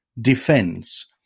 defense